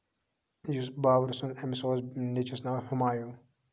یُس بابرٕ سُنٛد أمِس اوس نیٚچوِس ناو ہِمایوٗ